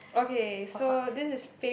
so hot